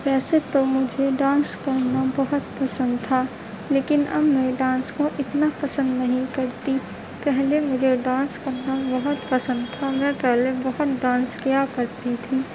ویسے تو مجھے ڈانس کرنا بہت پسند تھا لیکن اب میں ڈانس کو اتنا پسند نہیں کرتی پہلے مجھے ڈانس کرنا بہت پسند تھا میں پہلے بہت ڈانس کیا کرتی تھی